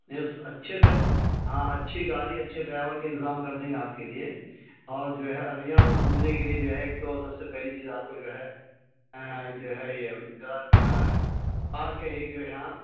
نہیں اس اچھے ہاں اچھی گاڑی اچھے ڈرائیور کا انتظام کر دیں گے آپ کے لیے اور جو ہے اریا میں گھومنے کے لیے جو ہے ایک تو سب سے پہلی چیز آپ کو جو ہے جو ہے یہ ذرا پارک ہی جو ہےاں